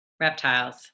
reptiles